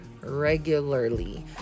regularly